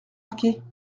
marquis